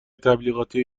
تبلیغاتی